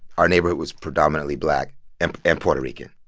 our neighborhood was predominantly black and puerto rican.